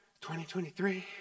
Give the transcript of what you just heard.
2023